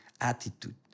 attitude